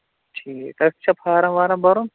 ٹھیٖک تَتہِ چھا فارَم وارم بَرُن